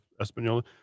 Espanola